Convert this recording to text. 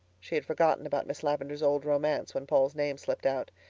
she had forgotten about miss lavendar's old romance when paul's name slipped out.